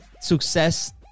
success